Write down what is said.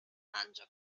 mangia